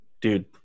Dude